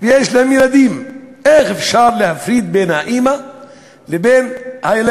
וכשהיה מדובר על עוד תשעה חודשים לא הייתה בעיה לתת לשר הפנים,